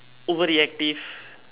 over reactive